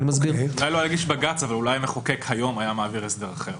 אולי לא הגיש בג"צ אבל אולי המחוקק היום היה מעביר הסדר אחר.